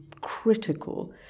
critical